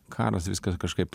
karas viskas kažkaip